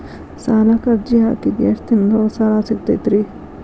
ಸಾಲಕ್ಕ ಅರ್ಜಿ ಹಾಕಿದ್ ಎಷ್ಟ ದಿನದೊಳಗ ಸಾಲ ಸಿಗತೈತ್ರಿ?